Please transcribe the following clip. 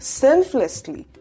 selflessly